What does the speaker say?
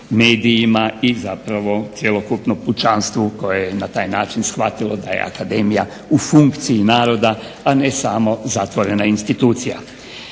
medijima i zapravo cjelokupnom pučanstvu koje je na taj način shvatilo da je akademija u funkciji naroda, a ne samo zatvorena institucija.